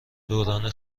دوران